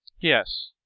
Yes